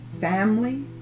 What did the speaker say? family